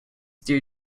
due